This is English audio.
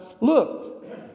look